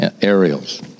aerials